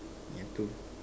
ya two